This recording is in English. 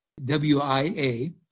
WIA